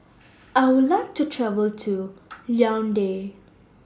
I Would like to travel to Yaounde